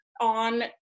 on